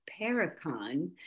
Paracon